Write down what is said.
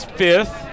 fifth